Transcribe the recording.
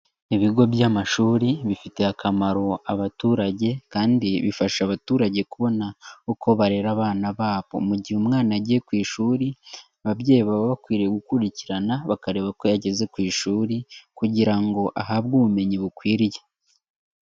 Ibigo by'amashuri bifitiye akamaro abaturage, kandi bifasha abaturage kubona uko barera abana babo, mu gihe umwana yagiye ku ishuri ababyeyi baba bakwiriye gukurikirana, bakareba ko yageze ku ishuri, kugira ngo ahabwe ubumenyi bukwiriye.